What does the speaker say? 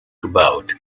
gebaut